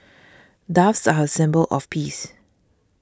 doves are a symbol of peace